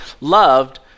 loved